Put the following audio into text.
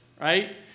right